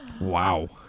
Wow